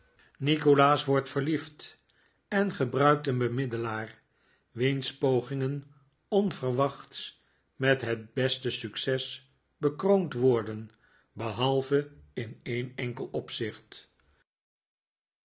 nikolaas wordt verliefd en gebruikt een bemiddelaar wiens pogingen onverwachts met het beste succes bekroond worden behalve in en enkel opzicht